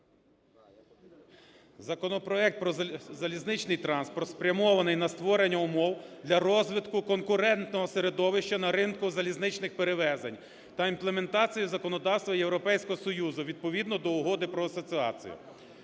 Законопроект про залізничний транспорт спрямований на створення умов для розвитку конкурентного середовища на ринку залізничних перевезень та імплементації законодавства Європейського Союзу відповідно до Угоди про асоціацію.